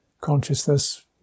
Consciousness